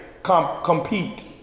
Compete